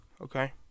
okay